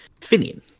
Finian